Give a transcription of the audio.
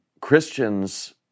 Christians